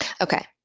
Okay